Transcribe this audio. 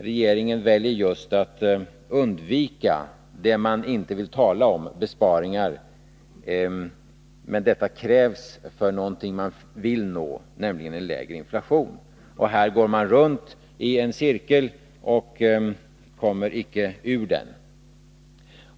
Regeringen väljer att inte tala om besparingar, men de krävs för att uppnå målet, dvs en lägre inflation. Här går man runt i en cirkel och kommer icke ur den.